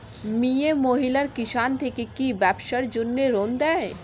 মিয়ে মহিলা কিষান থেকে কি ব্যবসার জন্য ঋন দেয়?